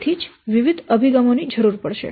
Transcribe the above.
તેથી જ વિવિધ અભિગમો ની જરૂર પડશે